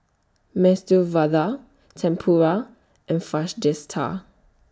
Medu Vada Tempura and